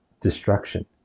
destruction